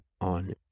on